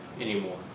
anymore